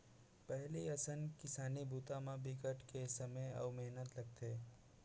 पहिली असन किसानी बूता म बिकट के समे अउ मेहनत लगथे